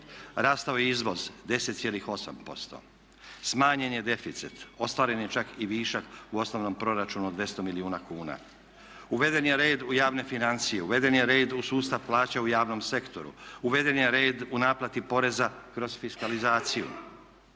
rastao je izvoz 10.8%, smanjen je deficit, ostvaren je čak i višak u osnovnom proračunu od 200 milijuna kuna, uveden je red u javne financije, uveden je red u sustav plaća u javnom sektoru, uveden je red u naplati poreza kroz fiskalizaciju,